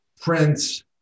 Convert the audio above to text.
Prince